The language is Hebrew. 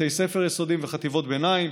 בתי ספר יסודיים וחטיבות ביניים.